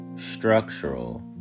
structural